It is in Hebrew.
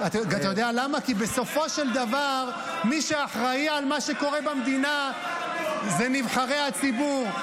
כי בסופו של דבר מי שאחראי על מה שקורה במדינה זה נבחרי הציבור,